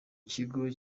kigo